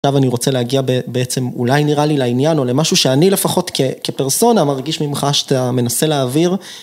עכשיו אני רוצה להגיע בעצם אולי נראה לי לעניין או למשהו שאני לפחות כפרסונה מרגיש ממך שאתה מנסה להעביר,